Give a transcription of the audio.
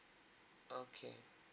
okay